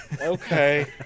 Okay